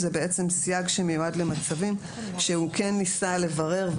זה בעצם סייג שמיועד למצבים שהוא כן ניסה לברר,